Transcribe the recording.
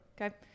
okay